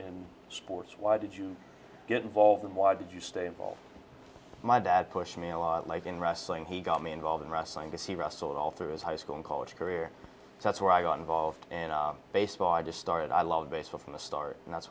in sports why did you get involved and why did you stay involved my dad pushed me a lot like in wrestling he got me involved in wrestling to see wrestling all through his high school and college career that's where i got involved in baseball i just started i loved baseball from the start and that's